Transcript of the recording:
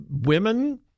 women